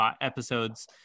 episodes